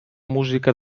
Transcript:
música